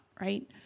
right